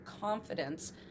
confidence